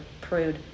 prude